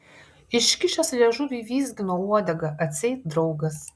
iškišęs liežuvį vizgino uodegą atseit draugas